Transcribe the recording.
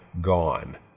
gone